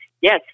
Yes